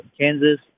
Kansas